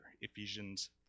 ephesians